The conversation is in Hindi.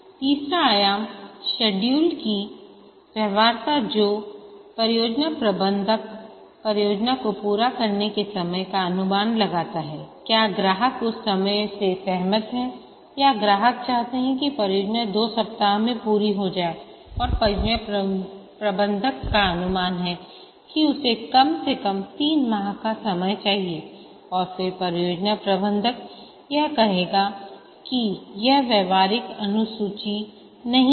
तीसरा आयाम शेड्यूल की व्यवहार्यता जो परियोजना प्रबंधक परियोजना को पूरा करने के समय का अनुमान लगाता है क्या ग्राहक उस समय से सहमत हैं या ग्राहक चाहते हैं कि परियोजना दो सप्ताह में पूरी हो जाए और परियोजना प्रबंधक का अनुमान है कि उसे कम से कम तीन माह का समय चाहिए और फिर परियोजना प्रबंधक यह कहेगा कि यह व्यावहारिक अनुसूची नहीं है